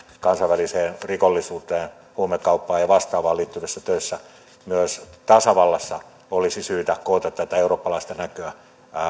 kansainväliseen rikollisuuteen huumekauppaan ja vastaavaan liittyvissä töissä myös tasavallassa olisi syytä koota tätä eurooppalaista näköä